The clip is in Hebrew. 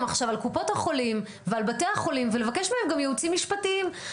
עכשיו על קופות החולים ועל בתי החולים ולבקש מהם גם ייעוצים משפטיים.